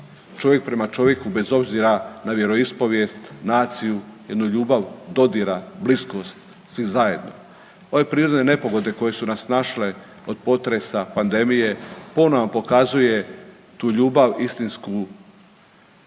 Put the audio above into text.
čovjek prema čovjeku bez obzira na vjeroispovijest, naciju, jednu ljubav dodira, bliskost svih zajedno. Ove prirodne nepogode koje su nas našle od potresa, pandemije ponovo nam pokazuje tu ljubav istinsku